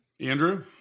Andrew